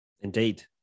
Indeed